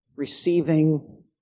Receiving